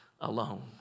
alone